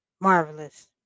marvelous